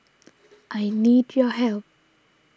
I need your help